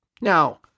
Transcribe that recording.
Now